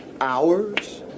hours